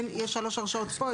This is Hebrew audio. יש שלוש הרשאות פה,